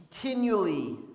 continually